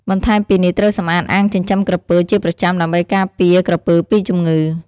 បន្ថែមពីនេះត្រូវសម្អាតអាងចិញ្ចឹមក្រពើជាប្រចាំដើម្បីការពារក្រពើពីជំងឺ។